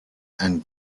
and